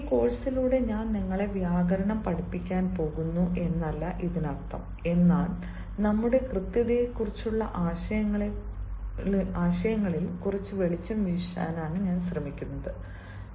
ഈ കോഴ്സിലൂടെ ഞാൻ നിങ്ങളെ വ്യാകരണം പഠിപ്പിക്കാൻ പോകുന്നു എന്നല്ല ഇതിനർത്ഥം എന്നാൽ ഞങ്ങളുടെ കൃത്യതയെക്കുറിച്ചുള്ള ആശയങ്ങളിൽ കുറച്ച് വെളിച്ചം വീശാൻ ഞാൻ ശ്രമിക്കുകയാണ്